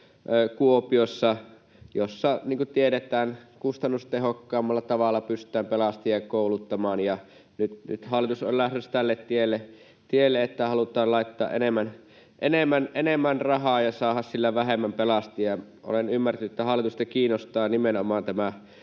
kuin tiedetään — kustannustehokkaammalla tavalla pystytään pelastajia kouluttamaan. Ja nyt hallitus on lähdössä tälle tielle, että halutaan laittaa enemmän rahaa ja saada sillä vähemmän pelastajia. Olen ymmärtänyt, että hallitusta kiinnostaa nimenomaan